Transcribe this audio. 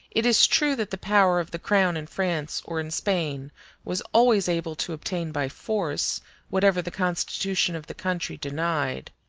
it is true that the power of the crown in france or in spain was always able to obtain by force whatever the constitution of the country denied,